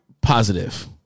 positive